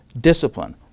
discipline